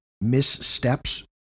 missteps